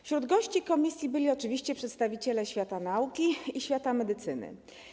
Wśród gości komisji byli oczywiście przedstawiciele świata nauki i świata medycyny.